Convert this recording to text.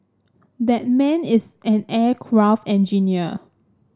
that man is an aircraft engineer